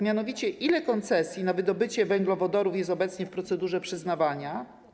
Mianowicie: Ile koncesji na wydobycie węglowodorów jest obecnie w procedurze przyznawania?